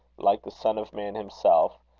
like the son of man himself,